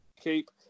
keep